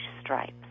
stripes